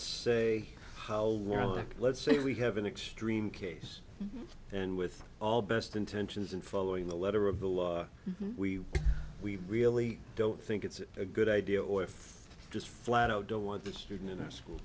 like let's say we have an extreme case and with all best intentions and following the letter of the law we we really don't think it's a good idea or if just flat out don't want the student in a school